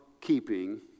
keeping